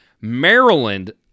Maryland